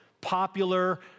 popular